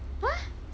!huh!